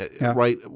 Right